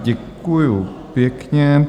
Děkuju pěkně.